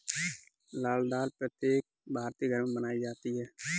लाल दाल प्रत्येक भारतीय घर में बनाई जाती है